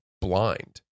blind